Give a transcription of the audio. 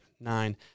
nine